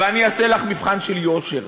ואני אעשה לך מבחן של יושר,